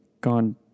gone